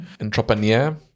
entrepreneur